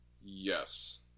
Yes